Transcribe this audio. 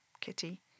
Kitty